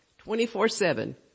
24-7